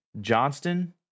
Johnston